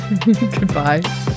Goodbye